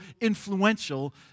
influential